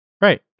Right